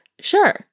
Sure